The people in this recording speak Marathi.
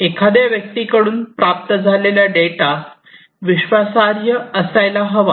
एखाद्या व्यक्तीकडून प्राप्त झालेला डेटा विश्वासार्ह असायला हवा